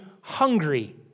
hungry